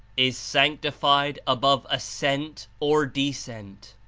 is sanctified above ascent or descent,